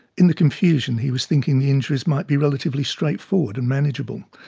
in the confusion, he was thinking the injuries might be relatively straightforward and manageable.